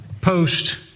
post